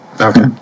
Okay